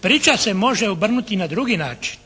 Priča se može obrnuti i na drugi način.